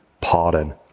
pardon